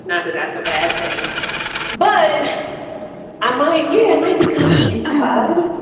not that that's a bad thing but i might yeah, it might be kind of cute tug.